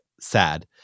sad